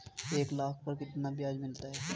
एक लाख पर कितना ब्याज मिलता है?